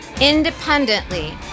independently